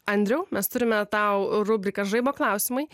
andriau mes turime tau rubriką žaibo klausimai